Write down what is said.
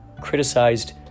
criticized